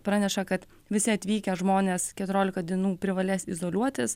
praneša kad visi atvykę žmonės keturiolika dienų privalės izoliuotis